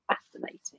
fascinating